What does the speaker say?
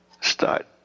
start